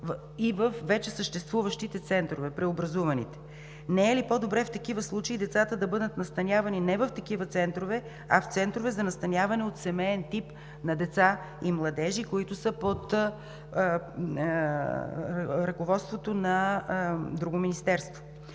и във вече съществуващите центрове – преобразуваните. Не е ли по-добре в такива случаи децата да бъдат настанявани не в такива центрове, а в центрове за настаняване от семеен тип на деца и младежи, които са под ръководството на друго министерство.